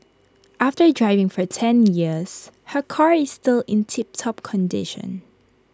after driving for ten years her car is still in tiptop condition